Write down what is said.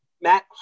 Matt